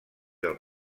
del